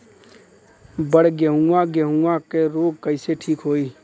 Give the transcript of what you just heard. बड गेहूँवा गेहूँवा क रोग कईसे ठीक होई?